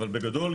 אבל בגדול,